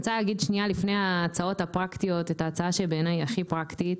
לפני ההצעות הפרקטיות את ההצעה שבעיני היא הכי פרקטית,